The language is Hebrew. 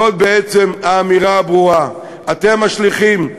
זאת בעצם האמירה הברורה: אתם השליחים,